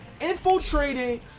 infiltrating